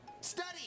Study